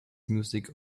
music